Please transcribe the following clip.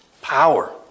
power